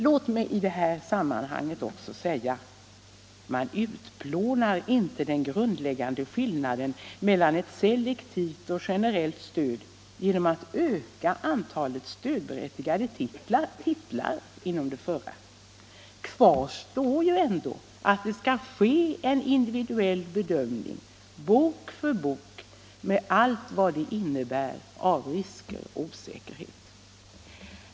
Låt mig i det här sammanhanget också säga: Man utplånar inte den grundläggande skillnaden mellan ett selektivt och ett generellt stöd genom att öka antalet stödberättigade titlar inom det förra. Kvar står ju ändå att det skall ske en individuell bedömning bok för bok med allt vad det innebär av risker och osäkerhet.